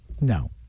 no